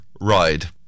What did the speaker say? ride